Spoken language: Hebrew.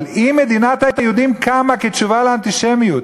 אבל אם מדינת היהודים קמה כתשובה לאנטישמיות,